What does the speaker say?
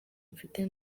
mfite